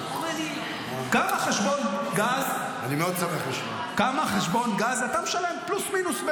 כמה חשבון גז אתה משלם, פלוס-מינוס?